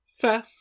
Fair